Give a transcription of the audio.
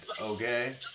Okay